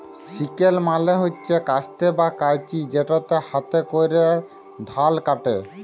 sickle মালে হছে কাস্তে বা কাঁইচি যেটতে হাতে ক্যরে ধাল ক্যাটে